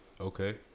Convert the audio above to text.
Okay